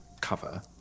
cover